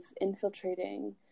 infiltrating